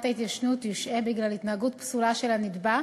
ההתיישנות יושעה בגלל התנהגות פסולה של הנתבע,